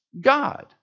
God